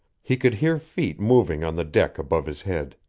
he could hear feet moving on the deck above his head.